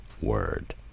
word